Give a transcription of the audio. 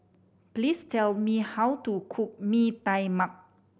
please tell me how to cook Mee Tai Mak